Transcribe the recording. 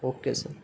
okay sir